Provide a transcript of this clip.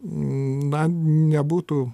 na nebūtų